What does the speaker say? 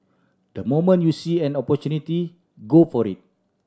the moment you see an opportunity go for it